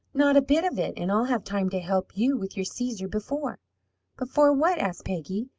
not a bit of it, and i'll have time to help you with your caesar before before what? asked peggy,